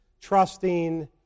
Trusting